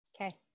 Okay